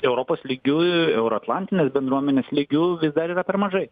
europos lygiu euroatlantinės bendruomenės lygiu vis dar yra per mažai